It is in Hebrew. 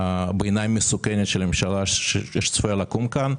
שהיא בעיניי מסוכנת של הממשלה שצפויה לקום כאן,